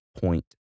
point